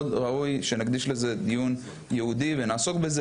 ראוי שנקדיש לזה דיון ייעודי ונעסוק בזה.